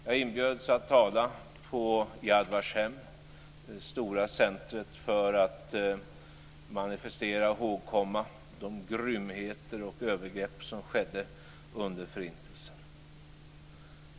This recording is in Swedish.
Jag inbjöds att tala på Yad Vashem, det stora centret för att manifestera och ihågkomma de grymheter och övergrepp som skedde under Förintelsen.